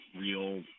real